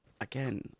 again